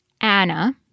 Anna